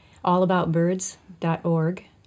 AllAboutBirds.org